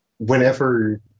Whenever